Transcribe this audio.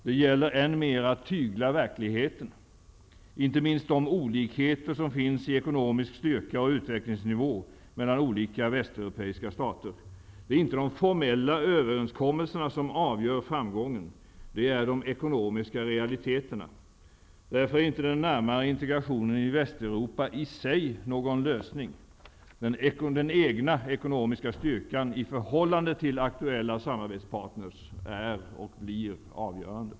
Det gäller än mer att tygla verkligheten, inte minst de olikheter som finns i ekonomisk styrka och utvecklingsnivå mellan olika västeuropeiska stater. Det är inte de formella överenskommelserna som avgör framgången. Det är de ekonomiska realiteterna. Därför är inte den närmare integrationen i Västeuropa i sig någon ”lösning”. Den egna ekonomiska styrkan i förhållande till aktuella samarbetspartners är och blir avgörande.